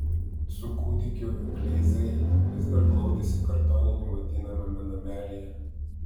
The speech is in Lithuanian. su kūdikiu kleizai vis dar glaudėsi kartoniniu vadinamame namelyje